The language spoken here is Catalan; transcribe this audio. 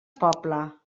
pobla